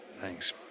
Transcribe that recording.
Thanks